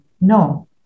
No